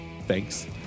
thanks